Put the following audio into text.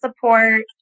support